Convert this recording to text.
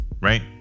Right